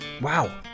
Wow